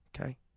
okay